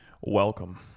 Welcome